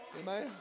Amen